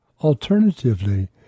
Alternatively